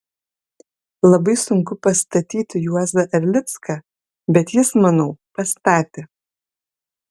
labai sunku pastatyti juozą erlicką bet jis manau pastatė